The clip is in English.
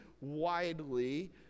widely